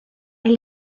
elle